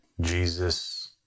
Jesus